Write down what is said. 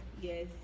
yes